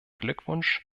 glückwunsch